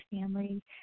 family